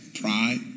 pride